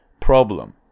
problem